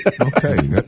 Okay